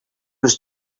was